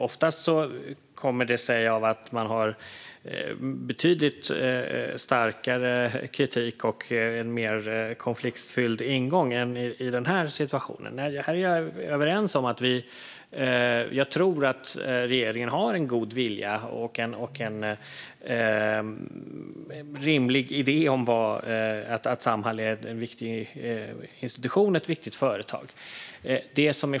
Ofta har man en betydligt starkare kritik och en mer konfliktfylld ingång än i den här situationen. Här tror jag att regeringen har en god vilja och en rimlig idé om att Samhall är en viktig institution och ett viktigt företag.